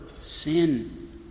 sin